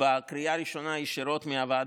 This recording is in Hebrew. בקריאה הראשונה ישירות מהוועדה,